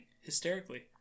hysterically